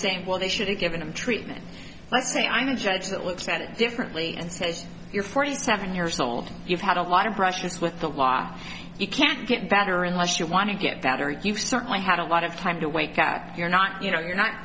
saying well they should have given him treatment let's say i'm the judge that looks at it differently and says you're forty seven years old you've had a lot of brushes with the law you can't get better unless you want to get better you've certainly had a lot of time to wake up you're not you know you're not